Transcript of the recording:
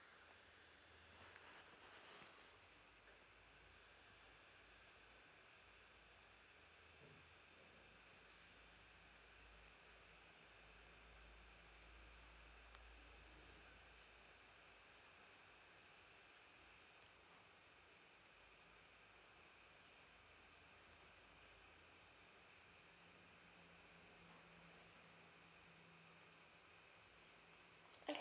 okay